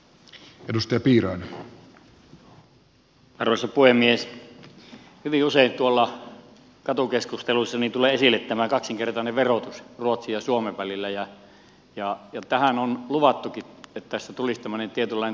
hyvin usein tuolla katukeskusteluissa tulee esille tämä kaksinkertainen verotus ruotsin ja suomen välillä ja on luvattukin että tähän tulisi tämmöinen tietynlainen tasausjärjestelmä